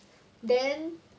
then